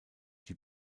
die